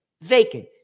vacant